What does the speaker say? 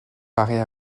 paraît